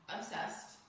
Obsessed